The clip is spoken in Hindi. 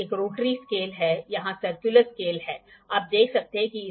साधारण प्रोट्रैक्टर की बहुत सी सीमाएँ होती हैं जिन्हें उपयोग करते समय हम सभी जानते हैं